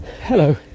Hello